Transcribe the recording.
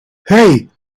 hey